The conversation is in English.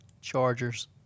Chargers